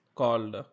called